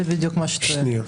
זה בדיוק מה שזה תואם.